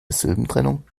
silbentrennung